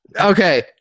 Okay